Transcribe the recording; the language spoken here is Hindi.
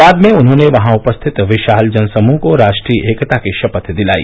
बाद में उन्होंने वहां उपस्थित विशाल जनसमृह को राष्ट्रीय एकता की शपथ दिलाई